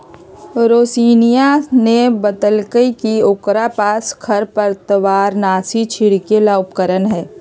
रोशिनीया ने बतल कई कि ओकरा पास खरपतवारनाशी छिड़के ला उपकरण हई